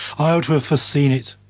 i ought to have foreseen it.